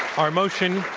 our motion,